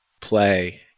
play